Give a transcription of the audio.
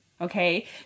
Okay